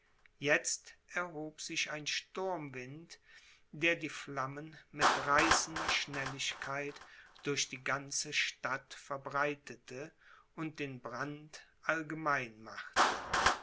jetzt erhob sich ein sturmwind der die flammen mit reißender schnelligkeit durch die ganze stadt verbreitete und den brand allgemein machte